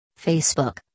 Facebook